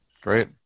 Great